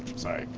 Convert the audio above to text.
sorry.